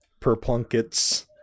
perplunkets